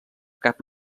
cap